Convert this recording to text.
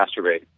masturbate